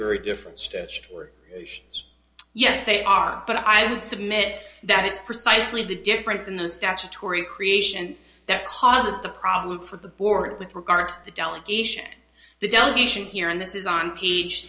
very different steps toward yes they are but i would submit that it's precisely the difference in the statutory creations that caused the problem for the board with regard to the delegation the delegation here and this is on page